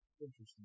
interesting